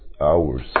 hours